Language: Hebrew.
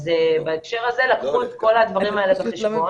אז בהקשר הזה לקחו את כל הדברים האלה בחשבון,